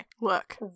look